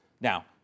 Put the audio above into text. Now